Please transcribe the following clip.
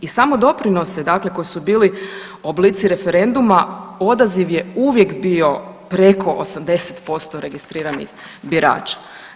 I samodoprinose dakle koji su bili oblici referenduma odaziv je uvijek bio preko 80% registriranih birača.